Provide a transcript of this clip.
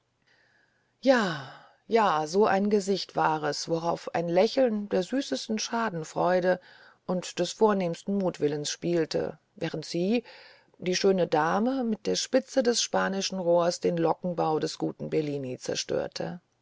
ja ja so ein gesicht war es worauf ein lächeln der süßesten schadenfreude und des vornehmsten mutwillens spielte während sie die schöne dame mit der spitze des spanischen rohrs den blonden lockenbau des guten bellini zerstörte